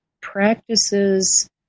practices